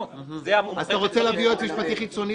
------ חוצפה.